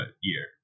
year